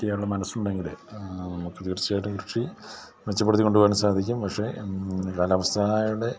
ചെയ്യാനുള്ള മനസ്സുണ്ടെങ്കില് നമുക്ക് തീർച്ചയായിട്ടും കൃഷി മെച്ചപ്പെടുത്തി കൊണ്ടുപോകാൻ സാധിക്കും പക്ഷേ കാലാവസ്ഥയുടെ